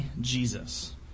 Jesus